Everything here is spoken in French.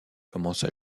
commence